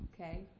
okay